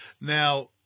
Now